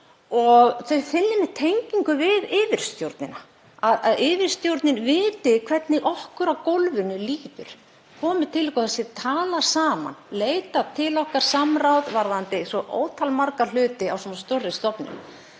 og þau finni tengingu við yfirstjórnina, að yfirstjórnin viti hvernig okkur á gólfinu líður, komi til okkar, það sé talað saman, leiti til okkar um samráð varðandi svo ótal marga hluti á svona stórri stofnun.